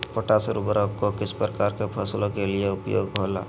Potash उर्वरक को किस प्रकार के फसलों के लिए उपयोग होईला?